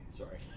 sorry